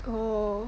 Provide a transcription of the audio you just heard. oh